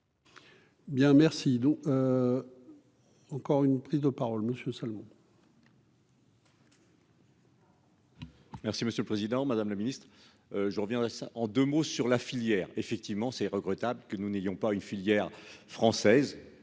Bien, merci, donc encore une prise de parole Monsieur Salmon. Merci monsieur le Président, Madame la Ministre, je reviens en 2 mots sur la filière effectivement c'est regrettable que nous n'ayons pas une filière française,